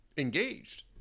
engaged